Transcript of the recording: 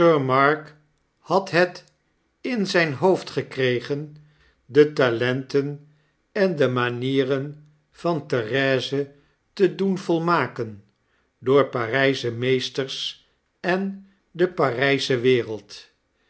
had het in zyn hoofd gekregen de talenten en de manieren van therese te doen volmaken door parijsche meesters en de parijsche wereld